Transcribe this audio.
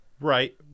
Right